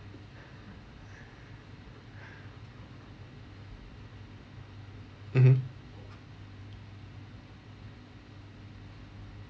mmhmm